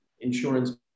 insurance